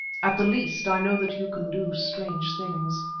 at the least i know that you can do strange things.